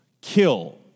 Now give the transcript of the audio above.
kill